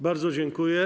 Bardzo dziękuję.